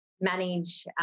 manage